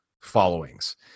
followings